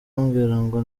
ngo